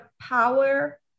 power